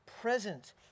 present